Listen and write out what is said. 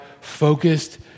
focused